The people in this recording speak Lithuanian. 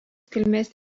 kilmės